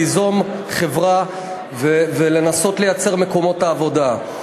ליזום חברה ולנסות לייצר מקומות עבודה.